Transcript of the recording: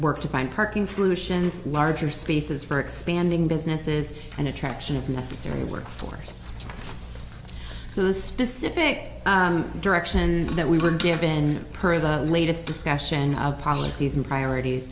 work to find parking solutions larger spaces for expanding businesses and attraction of necessary workforce so the specific directions that we were given per the latest discussion of policies and priorities